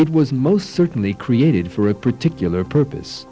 it was most certainly created for a particular purpose